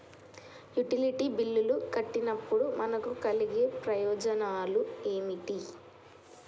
Utility బిల్లులు కట్టినప్పుడు మనకు కలిగే ప్రయోజనాలు ఏమిటి?